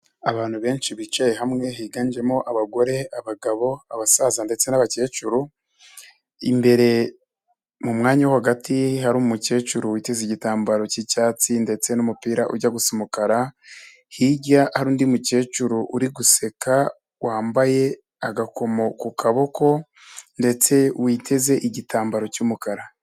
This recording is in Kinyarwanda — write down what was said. Abantu benshi bicaye hamwe, higanjemo: abagore, abagabo, abasaza ndetse n'abakecuru. Imbere mu mwanya wo hagati, hari umukecuru witeze igitambaro k'icyatsi ndetse n'umupira ujya gusa umukara. Hirya hari undi mukecuru uri guseka wambaye agakomo ku kaboko ndetse witeze igitambaro cy'umukara.